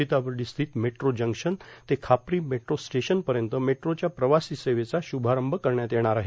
सीताबर्डा स्थित मेट्रां जंक्शन ते खापरीं मेट्रां स्टेशन पयंत मेट्रोच्या प्रवासी सेवेचा श्रभारंभ करण्यात येणार आहे